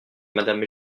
madame